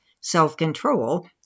self-control